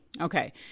Okay